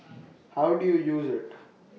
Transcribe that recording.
how do you use IT